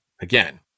Again